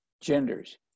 Genders